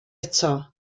eto